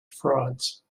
frauds